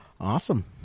Awesome